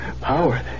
power